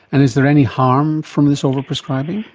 and is there any harm from this overprescribing?